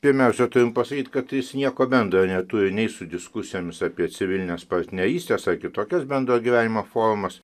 pirmiausia turime pasakyti kad jis nieko bendra neturi nei su diskusijomis apie civilinės partnerystės ar kitokias bendro gyvenimo formas